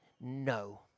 no